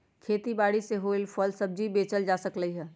खेती बारी से होएल फल सब्जी बेचल जा सकलई ह